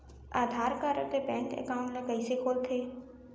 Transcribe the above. आधार card ले bank account ल कइसे खोलथे?